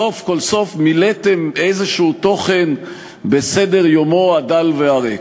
סוף-סוף מילאתם תוכן כלשהו בסדר-יומו הדל והריק.